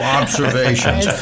observations